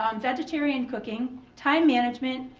um vegetarian cooking, time management.